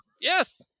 Yes